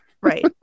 Right